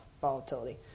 volatility